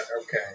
Okay